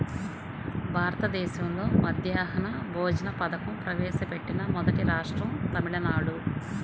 భారతదేశంలో మధ్యాహ్న భోజన పథకం ప్రవేశపెట్టిన మొదటి రాష్ట్రం తమిళనాడు